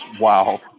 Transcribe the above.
wow